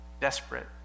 desperate